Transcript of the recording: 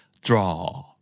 draw